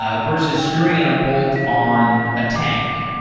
ah versus screwing in a bolt on a tank.